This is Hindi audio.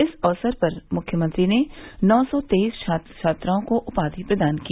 इस अवसर पर मुख्यमंत्री ने नौ सौ तेईस छात्र छात्राओं को उपाधि प्रदान की